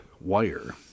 wire